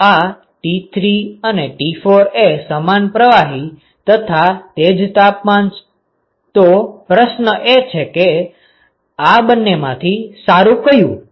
તો આ T3 અને T4 એ સમાન પ્રવાહી તથા તે જ તાપમાન છે તો પ્રશ્ન એ છે કે આ બંને માંથી સારું કયું